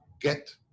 get